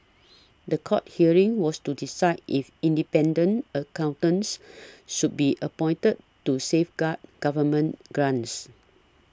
the court hearing was to decide if independent accountants should be appointed to safeguard government grants